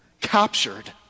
captured